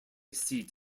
seat